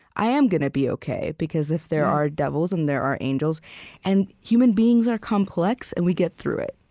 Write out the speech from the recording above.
i am gonna be ok, because if there are devils, then and there are angels and human beings are complex, and we get through it.